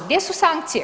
Gdje su sankcije?